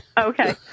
Okay